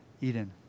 Eden